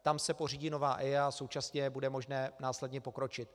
Tam se pořídí nová EIA a současně bude možné následně pokročit.